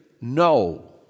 no